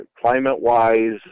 climate-wise